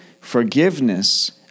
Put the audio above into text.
forgiveness